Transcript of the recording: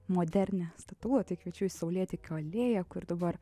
modernia statulą tai kviečiu į saulėtekio alėją kur dabar